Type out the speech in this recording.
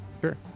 sure